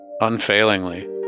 Unfailingly